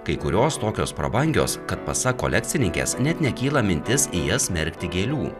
kai kurios tokios prabangios kad pasak kolekcininkės net nekyla mintis į jas merkti gėlių